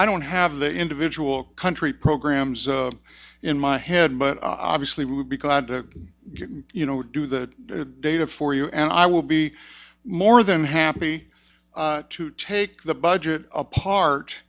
i don't have the individual country programs in my head but obviously would be glad to you know do the data for you and i will be more than happy to take the budget apart